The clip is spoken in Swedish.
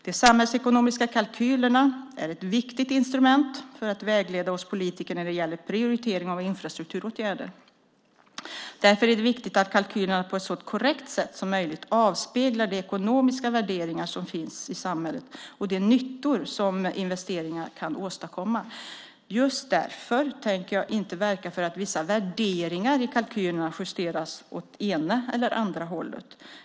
De samhällsekonomiska kalkylerna är ett viktigt instrument för att vägleda oss politiker när det gäller prioritering av infrastrukturåtgärder. Därför är det viktigt att kalkylerna på ett så korrekt sätt som möjligt avspeglar de ekonomiska värderingar som finns i samhället och de nyttor som investeringar kan åstadkomma. Just därför tänker jag inte verka för att vissa värderingar i kalkylerna justeras åt det ena eller andra hållet.